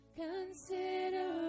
consider